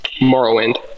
Morrowind